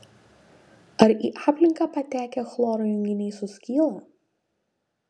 ar į aplinką patekę chloro junginiai suskyla